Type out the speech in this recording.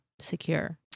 secure